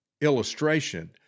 illustration